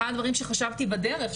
אחד הדברים שחשבתי בדרך,